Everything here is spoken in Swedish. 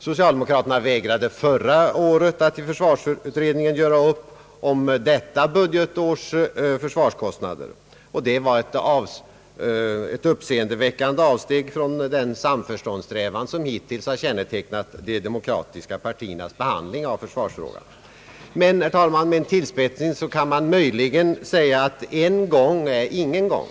Socialdemokraterna vägrade förra året att i försvarsutredningen göra upp om detta budgetårs försvarskostnader, och det var ett uppseendeväckande avsteg från den samförståndssträvan som hittills har kännetecknat de demokratiska partiernas behandling av försvarsfrågan. Men, herr talman, det kan ju med en tillspetsning sägas att en gång är ingen gång.